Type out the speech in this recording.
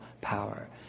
power